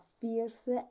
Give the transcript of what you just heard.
fierce